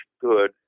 good